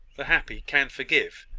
the happy can forgive.